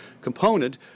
component